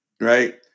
right